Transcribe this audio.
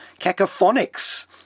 Cacophonics